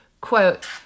quote